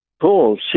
Paul